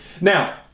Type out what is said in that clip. Now